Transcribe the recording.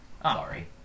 Sorry